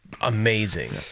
amazing